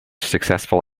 successful